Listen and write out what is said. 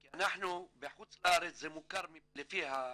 כי בחוץ לארץ זה מוכר לפי האבא.